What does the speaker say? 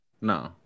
no